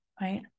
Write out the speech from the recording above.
right